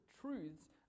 truths